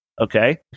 Okay